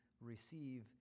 receive